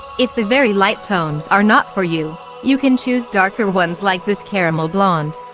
if the very light tones are not for you, you can choose darker ones like this caramel blonde.